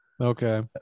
Okay